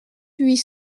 huit